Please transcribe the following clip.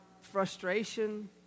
frustration